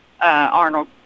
Arnold